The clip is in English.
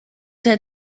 had